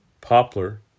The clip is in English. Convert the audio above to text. poplar